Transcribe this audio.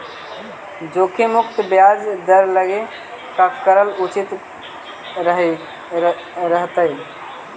जोखिम मुक्त ब्याज दर लागी का करल उचित रहतई?